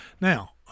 Now